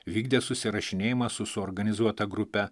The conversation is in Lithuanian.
vykdė susirašinėjimą su suorganizuota grupe